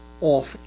off